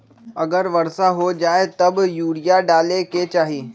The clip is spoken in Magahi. अगर वर्षा हो जाए तब यूरिया डाले के चाहि?